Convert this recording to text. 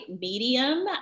medium